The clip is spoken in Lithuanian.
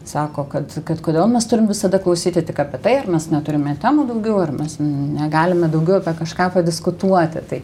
sako kad kad kodėl mes turim visada klausyti tik apie tai ar mes neturime temų daugiau ir mes negalime daugiau apie kažką padiskutuoti tai